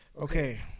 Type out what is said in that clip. Okay